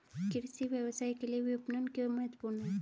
कृषि व्यवसाय के लिए विपणन क्यों महत्वपूर्ण है?